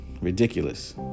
ridiculous